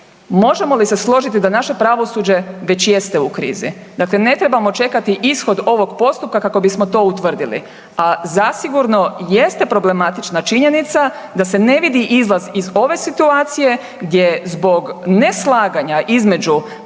možemo li se složiti da naše pravosuđe već jeste u krizi? Dakle, ne trebamo čekati ishod ovog postupka kako bismo to utvrdili, a zasigurno jeste problematična činjenica da se ne vidi izlaz iz ove situacije gdje zbog neslaganja između premijera